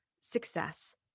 success